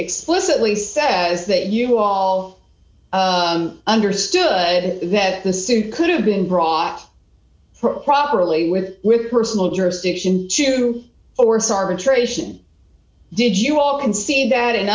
explicitly says that you all understood that the suit could have been brought up properly with personal jurisdiction to force arbitration did you all can see that in